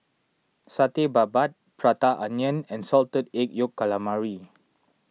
Satay Babat Prata Onion and Salted Egg Yolk Calamari